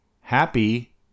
Happy